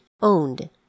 owned